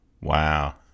Wow